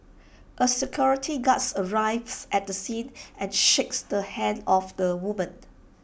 A security guard arrives at the scene and shakes the hand of the woman